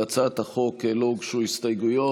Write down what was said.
להצעת החוק לא הוגשו הסתייגויות.